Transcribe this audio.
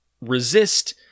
resist